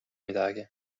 midagi